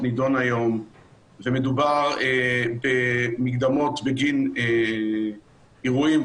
מדובר במקדמות בגין אירועים עתידיים,